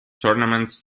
tournaments